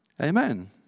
Amen